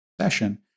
session